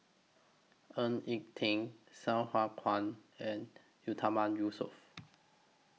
Ng Eng Teng Sai Hua Kuan and Yatiman Yusof